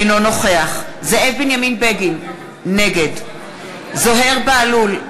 אינו נוכח זאב בנימין בגין, נגד זוהיר בהלול,